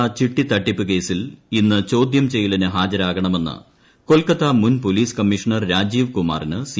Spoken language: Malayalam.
ശാരദാ ചിട്ടി തട്ടിപ്പ് കേസിൽ ഇന്ന് ചോദൃം ചെയ്യലിന് ന് ഹാജരാകണമെന്ന് കൊൽക്കത്ത മുൻ പോലീസ് കമ്മീഷണർ രാജീവ് കുമാറിന് സി